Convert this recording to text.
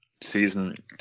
season